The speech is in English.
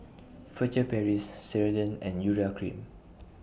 Furtere Paris Ceradan and Urea Cream